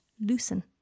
loosen